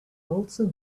also